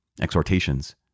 Exhortations